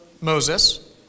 Moses